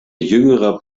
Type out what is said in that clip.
jüngerer